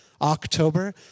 October